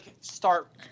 start